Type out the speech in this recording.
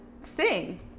sing